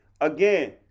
again